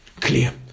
clear